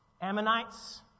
Ammonites